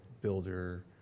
builder